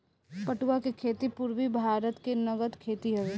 पटुआ के खेती पूरबी भारत के नगद खेती हवे